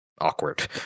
awkward